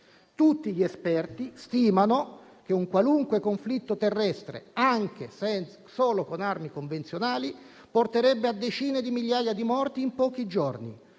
Tutti gli esperti stimano che un qualunque conflitto terrestre, anche solo con armi convenzionali, porterebbe a decine di migliaia di morti in pochi giorni.